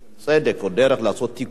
סדק או דרך לעשות תיקונים,